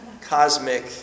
cosmic